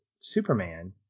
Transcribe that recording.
Superman